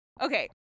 Okay